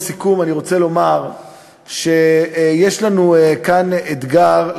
לסיכום אני רוצה לומר שיש לנו כאן אתגר,